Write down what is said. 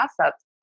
assets